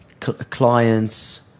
Clients